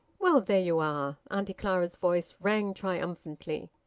well! there you are! auntie clara's voice rang triumphantly.